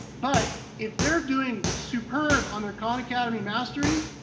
but if they're doing superb on their khan academy mastery,